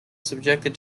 subjected